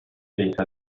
ششصد